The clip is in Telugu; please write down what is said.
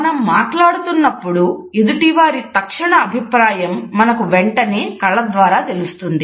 మనం మాట్లాడుతున్నప్పుడు ఎదుటివారి తక్షణ అభిప్రాయం మనకు వెంటనే కళ్ల ద్వారా తెలుస్తుంది